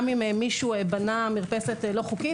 גם אם מישהו בנה מרפסת לא חוקית,